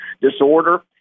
disorder